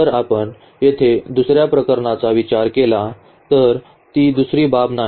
जर आपण येथे दुसर्या प्रकरणाचा विचार केला तर ती दुसरी बाब नाही